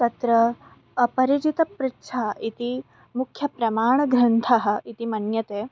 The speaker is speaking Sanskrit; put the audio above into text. तत्र अपरिचितपृच्छः इति मुख्यप्रमाणग्रन्थः इति मन्यते